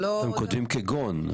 כותבים "כגון".